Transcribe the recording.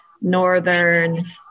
northern